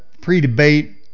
pre-debate